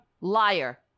liar